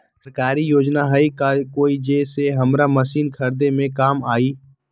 सरकारी योजना हई का कोइ जे से हमरा मशीन खरीदे में काम आई?